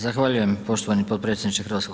Zahvaljujem poštovani potpredsjedniče HS.